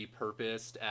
repurposed